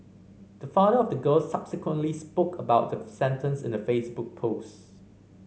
the father of the girl subsequently spoke about the sentence in a Facebook post